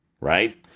right